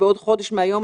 בעוד חודש מהיום,